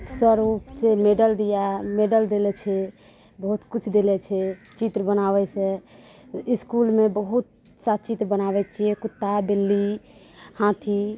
sir मुझसे medal दिया है मेडल देले छै बहुत किछु देले छै चित्र बनाबैसँ इसकुलमे बहुत सा चित्र बनाबै छियै कुत्ता बिल्ली हाथी